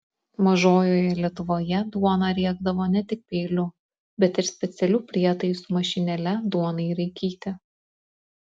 mažojoje lietuvoje duoną riekdavo ne tik peiliu bet ir specialiu prietaisu mašinėle duonai raikyti